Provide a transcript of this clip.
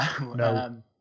No